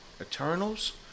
Eternals